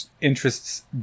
interests